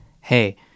hey